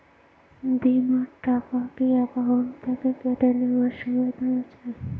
বিমার টাকা কি অ্যাকাউন্ট থেকে কেটে নেওয়ার সুবিধা আছে?